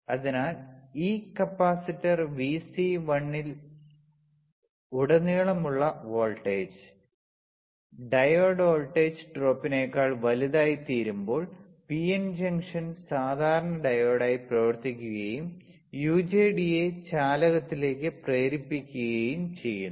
അതിനാൽ ഈ capacitor Vc1 യിലുടനീളമുള്ള വോൾട്ടേജ് ഡയോഡ് വോൾട്ടേജ് ഡ്രോപ്പിനേക്കാൾ വലുതായിത്തീരുമ്പോൾ പിഎൻ ജംഗ്ഷൻ സാധാരണ ഡയോഡായി പ്രവർത്തിക്കുകയും യുജെടിയെ ചാലകത്തിലേക്ക് പ്രേരിപ്പിക്കുകയും ചെയ്യുന്നു